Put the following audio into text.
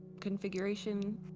configuration